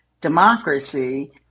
democracy